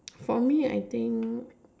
for me I think